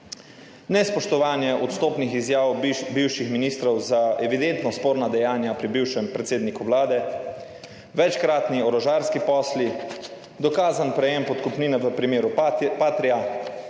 nespoštovanje odstopnih izjav bivših ministrov za evidentno sporna dejanja pri bivšem predsedniku vlade, večkratni orožarski posli, dokazan prejem podkupnine v primeru Patria,